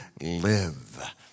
live